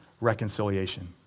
reconciliation